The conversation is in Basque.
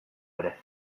ere